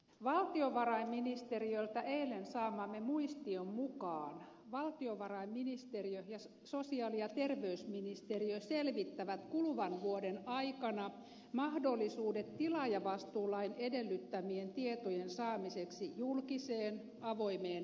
valtiovarainministeriöltä eilen saamamme muistion mukaan valtiovarainministeriö ja sosiaali ja terveysministeriö selvittävät kuluvan vuoden aikana mahdollisuudet tilaajavastuulain edellyttämien tietojen saamiseksi julkiseen avoimeen rekisteriin